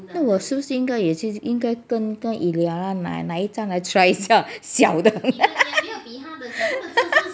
那我是不是应该也去应该跟跟 eliara 拿拿一张来 try 一下小的